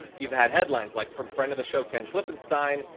you've had headlines like from friend of the show ken klippenstein.